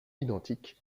identique